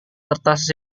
kertas